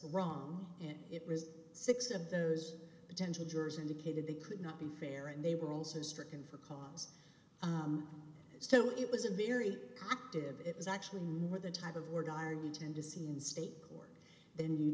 wrong and it was six of those potential jurors indicated they could not be fair and they were also stricken from so it was a very combative it was actually more the type of war guard you tend to see in state court than you